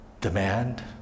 demand